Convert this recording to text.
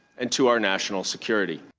and to our national security.